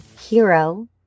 hero